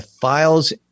files